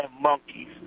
monkeys